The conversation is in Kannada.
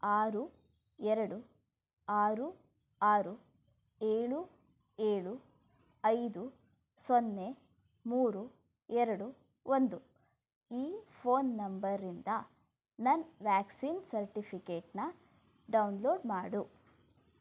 ಆರು ಎರಡು ಆರು ಆರು ಏಳು ಏಳು ಐದು ಸೊನ್ನೆ ಮೂರು ಎರಡು ಒಂದು ಈ ಫೋನ್ ನಂಬರಿಂದ ನನ್ನ ವ್ಯಾಕ್ಸಿನ್ ಸರ್ಟಿಫಿಕೇಟನ್ನು ಡೌನ್ಲೋಡ್ ಮಾಡು